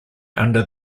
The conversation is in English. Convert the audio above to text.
under